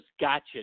gotcha